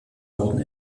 wurden